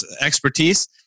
expertise